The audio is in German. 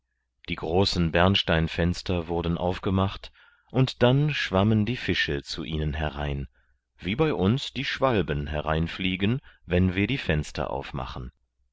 die großen bernsteinfenster wurden aufgemacht und dann schwammen die fische zu ihnen herein wie bei uns die schwalben hereinfliegen wenn wir die fenster aufmachen